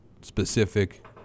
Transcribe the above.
specific